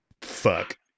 Fuck